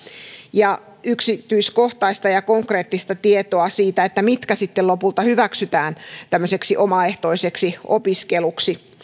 ja yksityiskohtaista ja konkreettista tietoa siitä mitkä sitten lopulta hyväksytään tämmöiseksi omaehtoiseksi opiskeluksi